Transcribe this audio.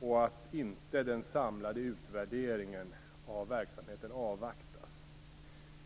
och att inte den samlade utvärderingen av verksamheten avvaktas.